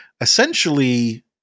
essentially